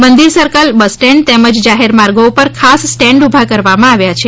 મંદિર circle bus stand તેમજ જાહેરમાર્ગો ઉપર ખાસ સ્ટેન્ડ ઉભા કરાવવામાં આવ્યાં છે